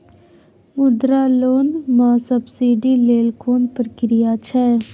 मुद्रा लोन म सब्सिडी लेल कोन प्रक्रिया छै?